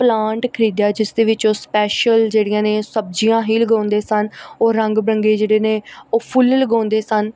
plant ਖਰੀਦਿਆ ਜਿਸ ਦੇ ਵਿੱਚ ਉਹ ਸਪੈਸ਼ਲ ਜਿਹੜੀਆਂ ਨੇ ਸਬਜ਼ੀਆਂ ਹੀ ਲਗਾਉਂਦੇ ਸਨ ਉਹ ਰੰਗ ਬਿਰੰਗੇ ਜਿਹੜੇ ਨੇ ਉਹ ਫੁੱਲ ਲਗਾਉਂਦੇ ਸਨ